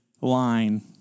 line